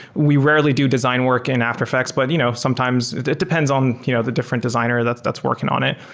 we rarely do design work in after effects. but you know sometimes it depends on you know the different designer that's that's working on it.